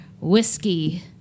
whiskey